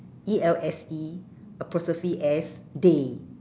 E L S E apostrophe S day